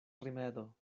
rimedo